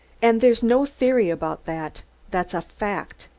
and there's no theory about that that's a fact!